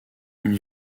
une